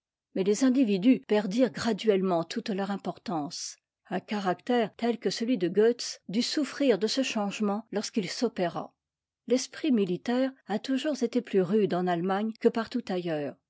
mais les individus perdirent graduellement toute leur importance un caractère tel que celui de goetz dut souffrir de ce changement lorsqu'il s'opéra l'esprit militaire a toujours été plus rude en allemagne que partout ailleurs